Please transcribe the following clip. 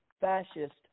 fascist